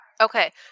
Okay